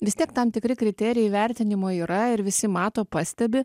vis tiek tam tikri kriterijai vertinimo yra ir visi mato pastebi